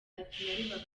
ati